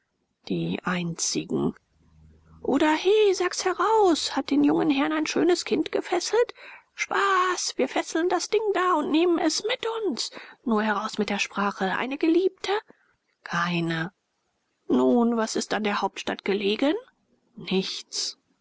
die einzigen oder he sag's heraus hat den jungen herrn ein schönes kind gefesselt spaß wir fesseln das ding da und nehmen es mit uns nur heraus mit der sprache eine geliebte keine nun was ist an der hauptstadt gelegen nichts